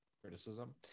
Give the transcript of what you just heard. criticism